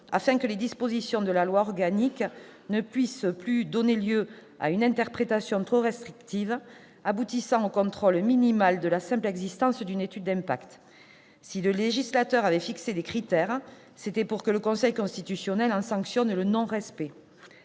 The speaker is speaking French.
afin que les dispositions de celle-ci ne puissent plus donner lieu à une interprétation trop restrictive, aboutissant au contrôle, minimal, de la simple existence d'une étude d'impact. Si le législateur avait fixé des critères, c'était pour que le Conseil constitutionnel en sanctionne le cas